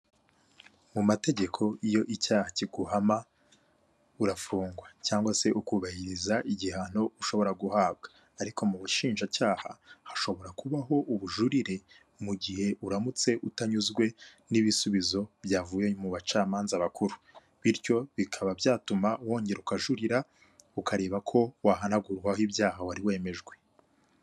Mu mategeko iyo icyaha kiguhama urafungwa cyangwa se ukubahiriza igihano ushobora guhabwa, ariko mu bushinjacyaha hashobora kubaho ubujurire mu gihe uramutse utanyuzwe n'ibisubizo byavuye mu bacamanza bakuru, bityo bikaba byatuma wongera ukajurira ukareba ko wahanagurwaho ibyaha wari wemejwe.